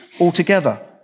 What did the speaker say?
altogether